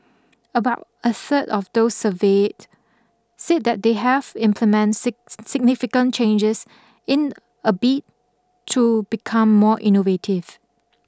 about a third of those surveyed said that they have implement sit significant changes in a bid to become more innovative